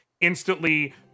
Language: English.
instantly